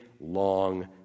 long